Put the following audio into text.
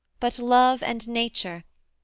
but love and nature,